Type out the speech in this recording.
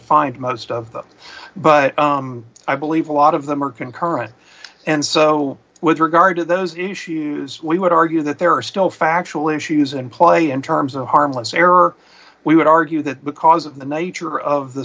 find most of them but i believe a lot of them are concurrent and so with regard to those issues we would argue that there are still factual issues in play in terms of harmless error we would argue that because of the nature of the